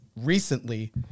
recently